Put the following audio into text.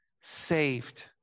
saved